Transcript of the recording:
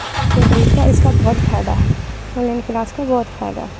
اس کا بہت فائدہ ہے آن لائن کلاس کا بہت فائدہ ہے